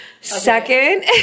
Second